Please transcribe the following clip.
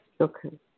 Okay